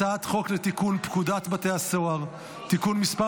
הצעת חוק לתיקון פקודת בתי הסוהר (תיקון מס'